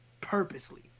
purposely